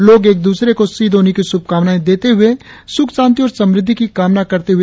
लोग एक दूसरे को सी दोन्यी की शुभकामनाएं देते हुए सुख शांति और समृद्धि की कामना करते हुए देखे गए